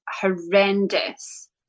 horrendous